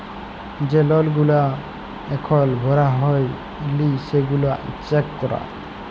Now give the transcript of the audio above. যে লল গুলা এখল ভরা হ্যয় লি সেগলা চ্যাক করা